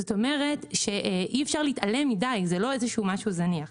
זאת אומרת שאי אפשר להתעלם מדיג, זה לא משהו זניח.